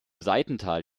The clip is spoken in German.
seitental